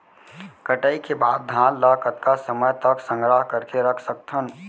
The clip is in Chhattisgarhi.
कटाई के बाद धान ला कतका समय तक संग्रह करके रख सकथन?